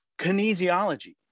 kinesiology